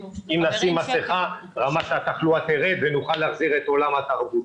אם נשים מסכה רמת התחלואה תרד ונוכל להחזיר את עולם התרבות.